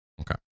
Okay